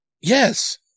Yes